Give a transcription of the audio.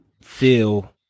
feel